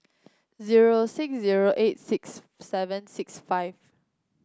zero six zero eight six seven six five